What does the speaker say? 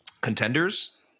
contenders